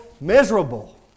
miserable